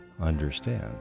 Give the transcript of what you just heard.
understand